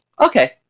okay